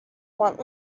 want